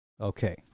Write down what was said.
Okay